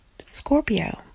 Scorpio